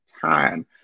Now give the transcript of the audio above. time